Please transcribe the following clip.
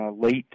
late